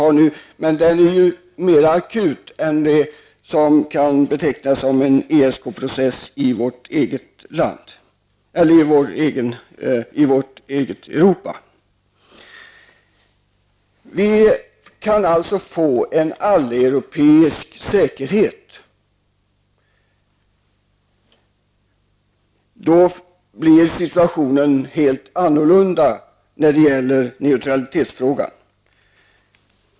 Men situationen där är mera akut än det som kan betecknas som en ESK-process i vårt Europa. Vi kan alltså få en alleuropeisk säkerhet, och då skulle situationen vara en helt annan när det gäller neutralitetsfrågan.